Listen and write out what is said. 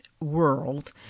world